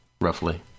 roughly